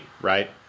right